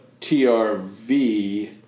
TRV